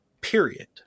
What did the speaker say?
period